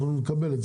נקבל.